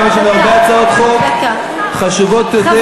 היום יש לנו הרבה הצעות חוק חשובות יותר.